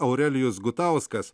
aurelijus gutauskas